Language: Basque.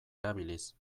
erabiliz